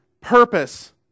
purpose